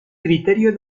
criterio